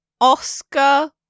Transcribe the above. Oscar